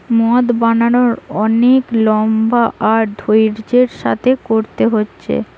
মদ বানানার অনেক লম্বা আর ধৈর্য্যের সাথে কোরতে হচ্ছে